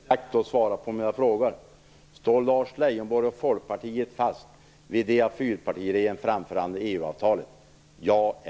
Herr talman! Lars Leijonborg tog inte tillfället i akt att svara på mina frågor. Står han och Folkpartiet fast vid det av fyrpartiregeringen framförhandlade